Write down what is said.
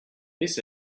this